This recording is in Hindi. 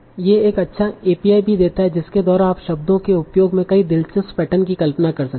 वे एक अच्छा एपीआई भी देते हैं जिसके द्वारा आप शब्दों के उपयोग में कई दिलचस्प पैटर्न की कल्पना कर सकते हैं